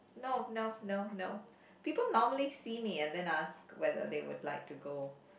no no no no people normally see me and then ask whether they would like to go